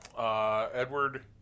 Edward